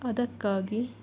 ಅದಕ್ಕಾಗಿ